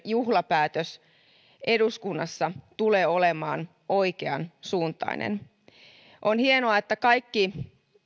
juhlapäätös eduskunnassa tulee olemaan oikeansuuntainen on hienoa että kaikki